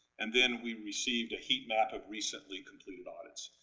and then we've received a heat map of recently completed audits.